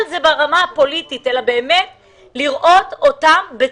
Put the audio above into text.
ממילא יריב לוין לא יביא אותם,